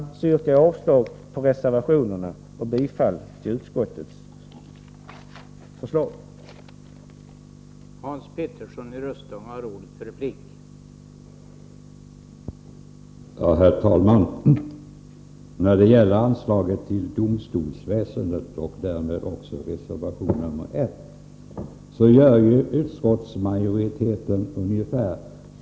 Med detta yrkar jag avslag på reservationerna och bifall till utskottets hemställan.